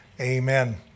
Amen